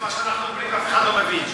את מה שאנחנו אומרים ואף אחד לא מבין.